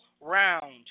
Round